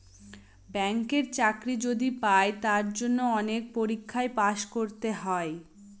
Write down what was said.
ব্যাঙ্কের চাকরি যদি পাই তার জন্য অনেক পরীক্ষায় পাস করতে হয়